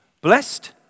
Blessed